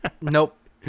Nope